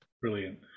Brilliant